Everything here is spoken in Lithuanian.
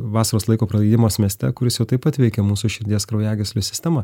vasaros laiko praleidimas mieste kuris jau taip pat veikia mūsų širdies kraujagyslių sistemą